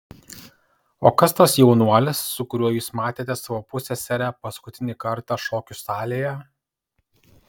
o kas tas jaunuolis su kuriuo jūs matėte savo pusseserę paskutinį kartą šokių salėje